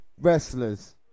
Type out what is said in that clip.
Wrestlers